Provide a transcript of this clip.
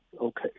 Okay